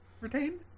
retain